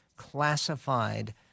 classified